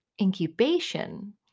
incubation